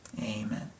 Amen